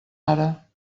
ara